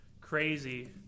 crazy